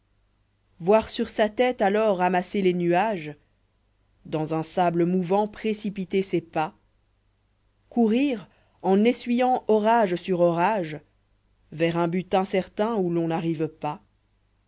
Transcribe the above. voir sur sa tête alors amasser les nuages dans un sable mouvant précipiter ses pas courir en essuyant orages sur orages vers un but incertain où l'on n'arrive pas